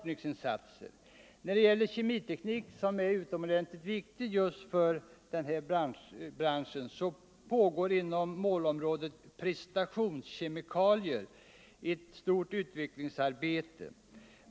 När det gäller kemiteknik — något som är utomordentligt viktigt just för denna bransch — pågår inom målområdet prestationskemikalier ett stort utvecklingsarbete.